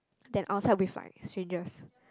than outside with like strangers